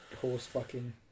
horse-fucking